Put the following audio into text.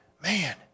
man